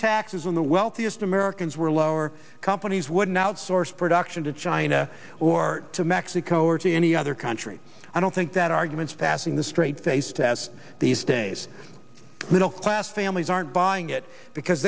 taxes on the wealthiest americans were lower companies wouldn't outsource production to china or to mexico or to any other country i don't think that argument's passing the straight face test these days middle class families aren't buying it because